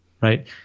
right